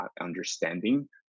understanding